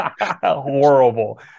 Horrible